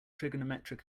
trigonometric